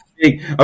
big